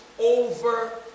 over